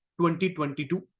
2022